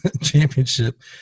championship